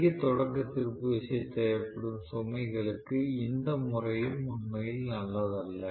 அதிக தொடக்க திருப்பு விசை தேவைப்படும் சுமைகளுக்கு இந்த முறையும் உண்மையில் நல்லதல்ல